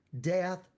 death